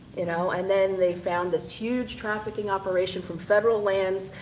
you know and then they found this huge trafficking operation from federal lands,